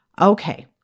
Okay